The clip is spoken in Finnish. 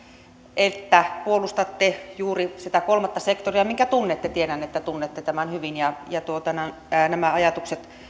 että puolustatte juuri sitä kolmatta sektoria minkä tunnette tiedän että tunnette tämän hyvin ja ja nämä ajatukset